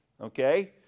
Okay